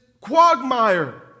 quagmire